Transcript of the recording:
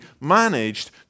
managed